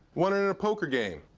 won it at a poker game.